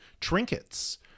trinkets